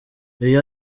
iyo